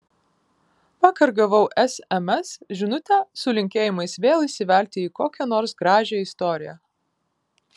vakar gavau sms žinutę su linkėjimais vėl įsivelti į kokią nors gražią istoriją